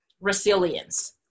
resilience